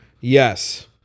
Yes